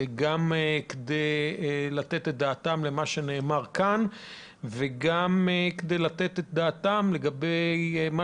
גם כדי לתת את דעתם למה שנאמר כאן וגם כדי לתת את דעתם לגבי מה